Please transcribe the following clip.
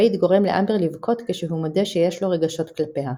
וייד גורם לאמבר לבכות כשהוא מודה שיש לו רגשות כלפיה.